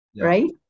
right